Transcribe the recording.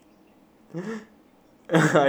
I jinxed that time bro